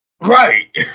Right